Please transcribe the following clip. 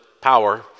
power